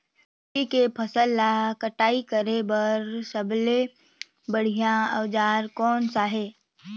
तेसी के फसल ला कटाई करे बार सबले बढ़िया औजार कोन सा हे?